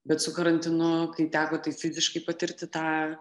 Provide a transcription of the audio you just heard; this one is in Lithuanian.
bet su karantinu kai teko tai fiziškai patirti tą